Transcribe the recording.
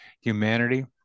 humanity